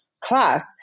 class